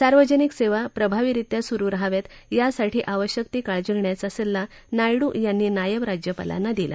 सार्वजनिक सेवा प्रभावरित्या सुरू रहाव्यात यासाठी आवश्यक ती काळजी घेण्याचा सल्ला नायडू यांनी नायब राज्यपालांना दिला